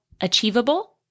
achievable